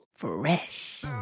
Fresh